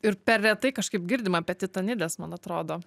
ir per retai kažkaip girdim apie titanides man atrodo